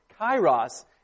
Kairos